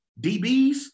DBs